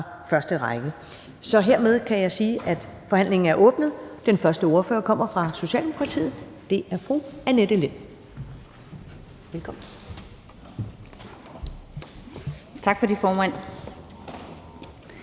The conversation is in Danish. første række. Hermed kan jeg sige, at forhandlingen er åbnet. Den første ordfører kommer fra Socialdemokratiet. Det er fru Annette Lind. Velkommen. Kl.